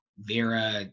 Vera